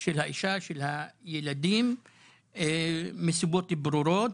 של האישה, של הילדים מסיבות ברורות.